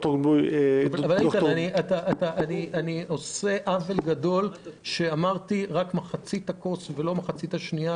אני עושה עוול גדול שאמרתי רק מחצית הכוס ולא המחצית השנייה,